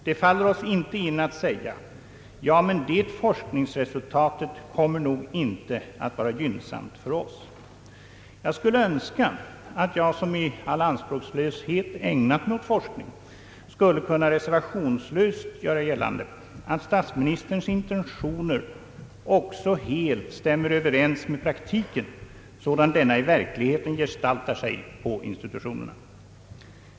Det faller oss inte in att säga: Ja, men det forskningsresultatet kommer nog inte att vara gynnsamt för oss.» Jag skulle önska att jag som i all anspråkslöshet ägnat mig åt forskning skulle kunna reservationslöst göra gällande att statsministerns intentioner också helt stämmer överens med praktiken sådan denna i verkligheten gestaltar sig på institutionerna.